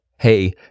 hey